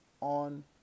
on